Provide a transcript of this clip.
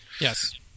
yes